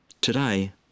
Today